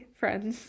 friends